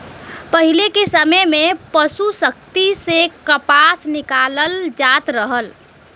पहिले के समय में पसु शक्ति से कपास निकालल जात रहल